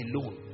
alone